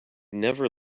never